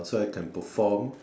so I can perform